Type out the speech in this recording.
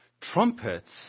Trumpets